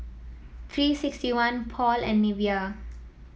Three six one Paul and Nivea